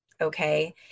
Okay